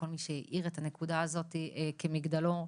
לכל מי שהאיר את הנקודה הזו כמגדל אור,